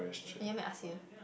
you want me to ask you